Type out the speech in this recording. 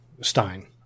Stein